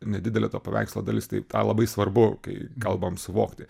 nedidelė to paveikslo dalis tai tą labai svarbu kai kalbam suvokti